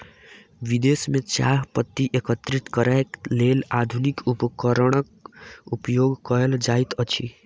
विदेश में चाह पत्ती एकत्रित करैक लेल आधुनिक उपकरणक उपयोग कयल जाइत अछि